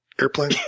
airplane